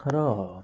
र